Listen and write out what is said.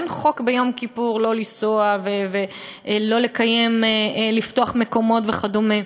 אין חוק ביום כיפור לא לנסוע ולא לפתוח מקומות וכדומה,